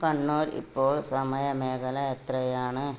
കണ്ണൂര് ഇപ്പോൾ സമയ മേഖല എത്രയാണ്